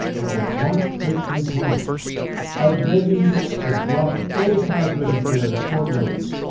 will have one trait in common a readiness to drop any cosmic affair at short notice,